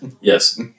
Yes